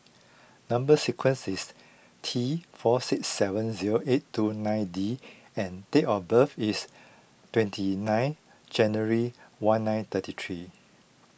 Number Sequence is T four six seven zero eight two nine D and date of birth is twenty nine January one nine ninety three